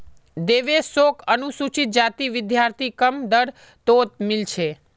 देवेश शोक अनुसूचित जाति विद्यार्थी कम दर तोत मील छे